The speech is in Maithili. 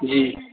जी